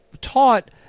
taught